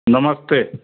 नमस्ते